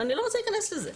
אבל אני לא רוצה להיכנס לזה.